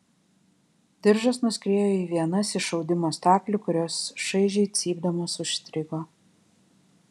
diržas nuskriejo į vienas iš audimo staklių kurios šaižiai cypdamos užstrigo